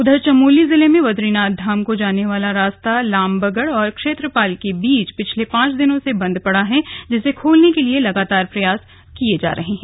उधर चमोली जिले में बदरीनाथ धाम को जाने वाला रास्ता लामबगड़ और क्षेत्रपाल के बीच पिछले पांच दिनों से बंद पड़ा है जिसे खोलने के लगातार प्रयास किए जा रहे हैं